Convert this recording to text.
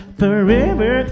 forever